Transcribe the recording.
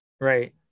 right